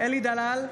אלי דלל,